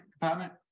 department